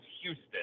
Houston